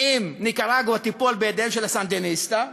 אם ניקרגואה תיפול בידיהם של הסנדיניסטה,